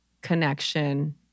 connection